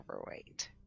overweight